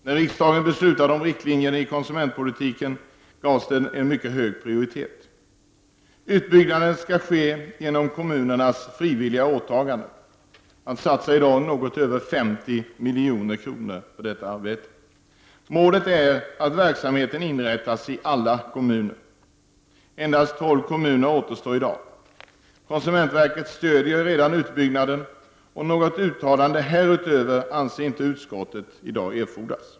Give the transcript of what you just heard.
När riksdagen beslutade om riktlinjerna i konsumentpolitiken gavs den mycket hög prioritet. Utbyggnaden skall ske genom kommunernas frivilliga åtaganden. Man satsar i dag något över 50 milj.kr. på detta arbete. Målet är att verksamhet inrättas i alla kommuner. Endast tolv kommuner återstår i dag. Konsumentverket stöder redan utbyggnaden. Några uttalanden härutöver anser inte utskottet i dag erfordras.